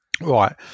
Right